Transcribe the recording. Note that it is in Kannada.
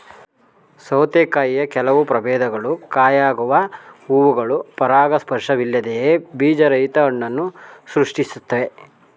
ಸೌತೆಕಾಯಿಯ ಕೆಲವು ಪ್ರಭೇದಗಳು ಕಾಯಾಗುವ ಹೂವುಗಳು ಪರಾಗಸ್ಪರ್ಶವಿಲ್ಲದೆಯೇ ಬೀಜರಹಿತ ಹಣ್ಣನ್ನು ಸೃಷ್ಟಿಸ್ತವೆ